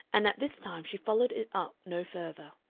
and at this time she followed it up no further.